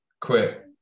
quit